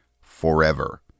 forever